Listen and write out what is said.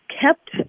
kept